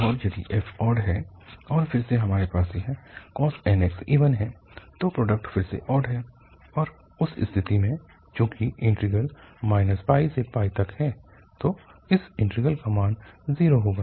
और यदि f odd है और फिर से हमारे पास यह cos nx इवन है तो प्रोडक्ट फिर से ऑड है और उस स्थिति में चूंकि इंटीग्रल से तक है तो इस इंटीग्रल का मान 0 होगा